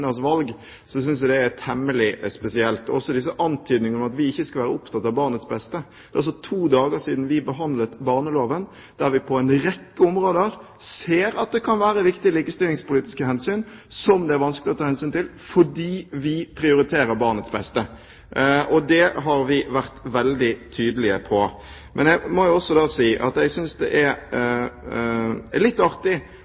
kvinners valg, synes jeg det er temmelig spesielt, også disse antydningene om at vi ikke skal være opptatt av barnets beste. Det er altså to dager siden vi behandlet barneloven, der vi på en rekke områder ser at det kan være viktige likestillingspolitiske hensyn som det er vanskelig å ta fordi vi prioriterer barnets beste. Det har vi vært veldig tydelige på. Jeg må også si at jeg synes det er